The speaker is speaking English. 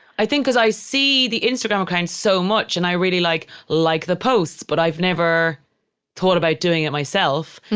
i think cause i see the instagram account so much and i really like, like the posts, but i've never thought about doing it myself.